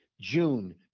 June